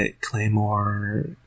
Claymore